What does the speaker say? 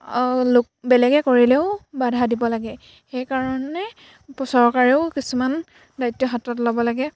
লোক বেলেগে কৰিলেও বাধা দিব লাগে সেইকাৰণে চৰকাৰেও কিছুমান দায়িত্ব হাতত ল'ব লাগে